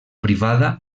privada